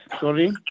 sorry